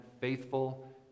faithful